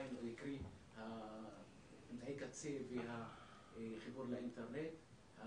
קרי אמצעי הקצה והחיבור לאינטרנט,